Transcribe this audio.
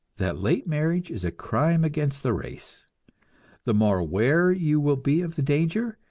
that late marriage is a crime against the race the more aware you will be of the danger,